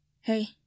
Hey